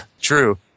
True